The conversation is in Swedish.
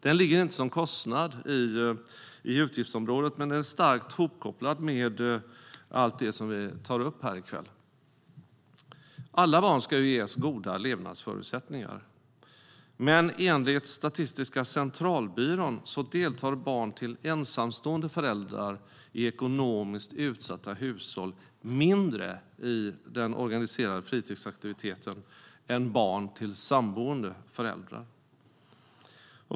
Det ligger inte som kostnad i utgiftsområdet, men den är starkt hopkopplad med allt det som vi tar upp här i kväll. Alla barn ska ges goda levnadsförutsättningar. Men enligt Statistiska centralbyrån deltar barn till ensamstående föräldrar i ekonomiskt utsatta hushåll mindre i organiserade fritidsaktiviteter än barn till samboende föräldrar.